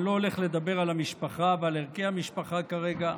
אני לא הולך לדבר על המשפחה ועל ערכי המשפחה כרגע,